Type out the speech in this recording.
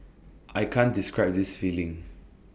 I can't describe this feeling